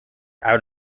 out